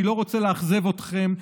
אני לא רוצה לאכזב אתכם,